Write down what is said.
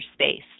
space